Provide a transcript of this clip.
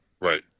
Right